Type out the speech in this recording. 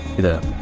the